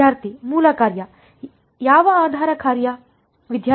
ವಿದ್ಯಾರ್ಥಿ ಮೂಲ ಕಾರ್ಯ ಯಾವ ಆಧಾರ ಕಾರ್ಯ